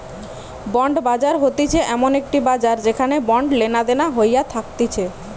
bond বাজার হতিছে এমন একটি বাজার যেখানে বন্ড লেনাদেনা হইয়া থাকতিছে